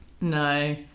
no